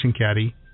Caddy